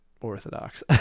orthodox